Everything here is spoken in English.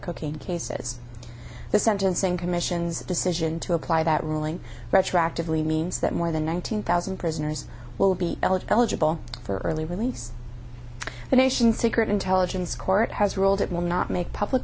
cocaine cases the sentencing commission's decision to apply that ruling retroactively means that more than one hundred thousand prisoners will be eligible for early release the nation secret intelligence court has ruled it will not make public